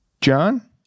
John